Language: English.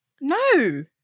No